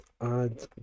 add